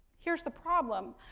here's the problem,